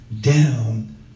down